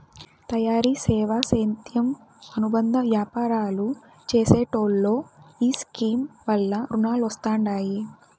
తయారీ, సేవా, సేద్యం అనుబంద యాపారాలు చేసెటోల్లో ఈ స్కీమ్ వల్ల రునాలొస్తండాయి